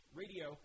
radio